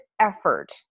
effort